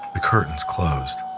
the curtains closed.